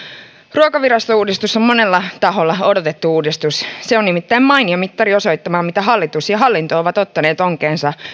ruokavirastouudistus on monella taholla odotettu uudistus se on nimittäin mainio mittari osoittamaan mitä hallitus ja hallinto ovat ottaneet onkeensa